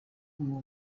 uwo